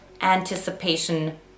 anticipation